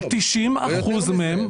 על 90% מהם.